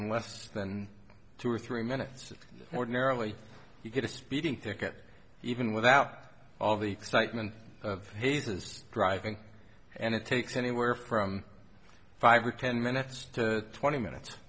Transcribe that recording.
less than two or three minutes ordinarily you get a speeding ticket even without all the excitement of hazes driving and it takes anywhere from five or ten minutes to twenty minutes